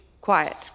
quiet